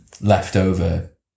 leftover